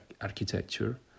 architecture